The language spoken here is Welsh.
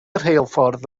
rheilffordd